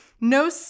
No